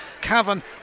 Cavan